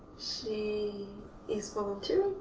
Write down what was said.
she is volunteering.